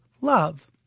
love